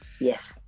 Yes